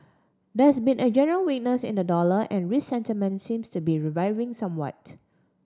there's been a general weakness in the dollar and risk sentiment seems to be reviving somewhat